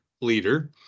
leader